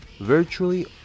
virtually